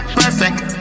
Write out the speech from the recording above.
perfect